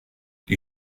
die